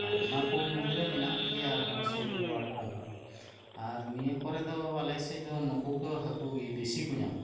ᱟᱨ ᱚᱱᱟ ᱠᱚ ᱢᱩᱫᱽᱨᱮ ᱢᱮᱱᱟᱜ ᱠᱚᱜᱮᱭᱟ ᱥᱳᱞ ᱵᱚᱣᱟᱲ ᱠᱚᱦᱚᱸ ᱟᱨ ᱱᱤᱭᱟᱹ ᱠᱚᱨᱮ ᱫᱚ ᱟᱞᱮᱥᱮᱡ ᱫᱚ ᱱᱩᱠᱩ ᱠᱚ ᱦᱟᱹᱠᱩ ᱜᱮ ᱵᱤᱥᱤ ᱠᱚ ᱧᱟᱢᱚᱜᱼᱟ